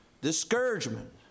Discouragement